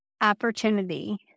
opportunity